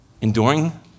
enduring